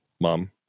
mom